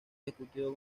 ejecutivo